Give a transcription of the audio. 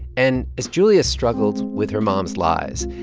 and as julia struggled with her mom's lies,